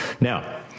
Now